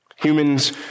Humans